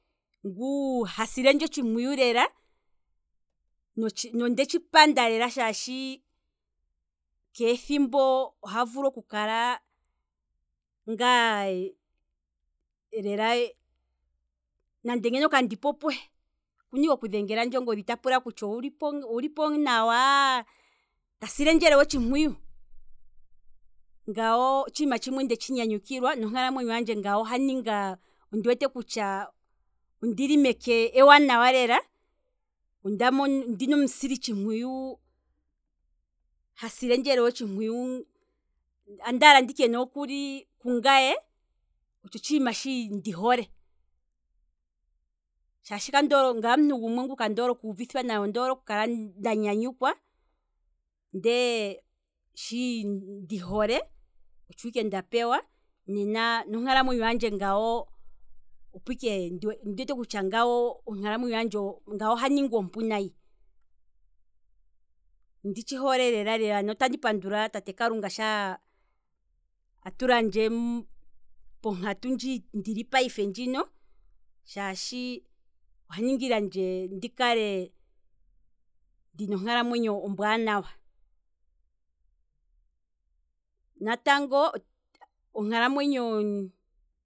Nguu hasilendje otshimpuyu lela nondetshi panda lela, keethimbo ohavulu oku kala ngaa lela nande ngeno kandipo puhe, oha vulu oku dhenge landje ongodhi ta pula ngele ondi lipo ngaa nawa, ta silendje lela otshimpwiyu, ngano otshiima tshimwe ndetshi nyanyukilwa, nonkalamwenyo handje ngano ondi wete kutya ondili meke ewanawa lela, ondina omusili tshimpuyu, ha silendje lela otshimpuyu, andaala nditye nookuli kungaye, otshiima shono ndi hole, shaashi ngaye omuntu gumwe ngu kandoole okuuvithwa nayi, ondoole oku kala nda nyanyukwa ndee shi ndihole otsho ike nda pewa, nena ngano nonkalamwenyo handje ondi wete kutya ngano oha ninga ompu nayi, onditshi hole lela nawa notandi pandula tate kalunga sha tulandje ponkatu mpa ndili payife ngino, shaashi okwa ningilandje ndikale ndina onkalamwenyo ompu, ndina onkalamwenyo ombwaanawa, natango onkalamwenyo